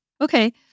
Okay